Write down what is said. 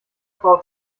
frau